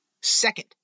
Second